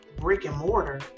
brick-and-mortar